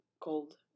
called